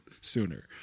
sooner